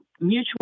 Mutual